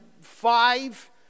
five